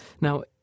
Now